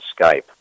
Skype